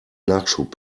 nachschub